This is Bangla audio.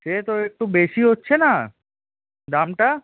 সে তো একটু বেশি হচ্ছে না দামটা